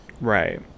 Right